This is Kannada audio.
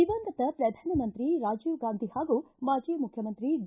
ದಿವಂಗತ ಪ್ರಧಾನಮಂತ್ರಿ ರಾಜೀವ ಗಾಂಧಿ ಹಾಗೂ ಮಾಜಿ ಮುಖ್ಯಮಂತ್ರಿ ಡಿ